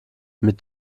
mit